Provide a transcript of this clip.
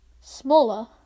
smaller